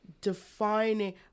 defining